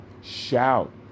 shout